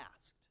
asked